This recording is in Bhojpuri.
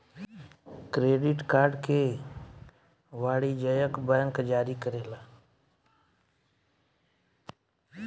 क्रेडिट कार्ड के वाणिजयक बैंक जारी करेला